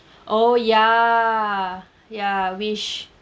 oh ya ya wish